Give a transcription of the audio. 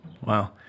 Wow